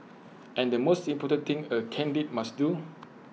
and the most important thing A caddie must do